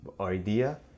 idea